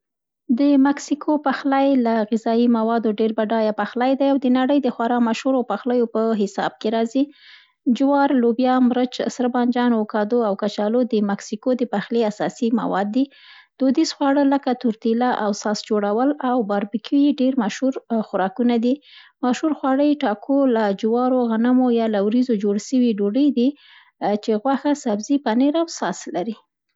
د مکسیکو پخلی له غذایي موادو ډېر بډایه پخلی دی او د نړۍ د خورا مشهورو پخلیو په حساب کې راځي. جوار، لوبیا، مرچ ، سره بانجان اووکاډو او کچالو د مکسیکو د پخلي اساسي مواد دي. دودیز خواړه، لکه: تورتیلا او ساس جوړول او باربکیو یې ډېر مهم خوراکونه دي. مشهور خواړه یې ټاکو، له جوارو، غنمو یا له وریځو جوړ سوي ډوډۍ دي، چي غوښه، سبزي، پنیر او ساس لري.